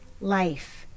life